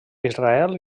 israel